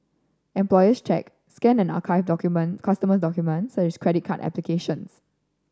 employees check scan and archive document customer documents such as credit card applications